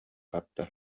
барда